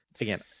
Again